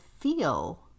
feel